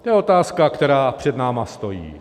To je otázka, která před námi stojí.